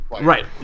right